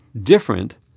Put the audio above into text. different